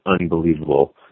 unbelievable